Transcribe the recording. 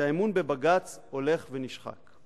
"שהאמון בבג"ץ הולך ונשחק".